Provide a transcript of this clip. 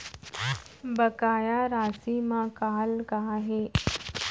बकाया राशि मा कॉल का हे?